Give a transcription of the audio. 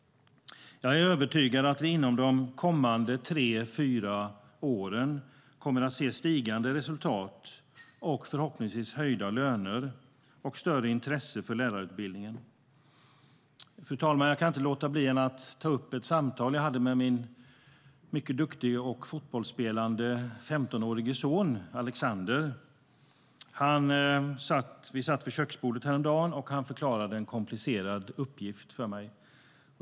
Jag är övertygad om att vi inom de kommande tre fyra åren kommer att se stigande resultat, förhoppningsvis höjda löner och större intresse för lärarutbildningen. Fru talman! Jag kan inte låta bli att ta upp ett samtal jag hade med min mycket duktige och fotbollsspelande 15-årige son Alexander. Vi satt vid köksbordet häromdagen, och han förklarade en komplicerad uppgift för mig.